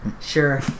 Sure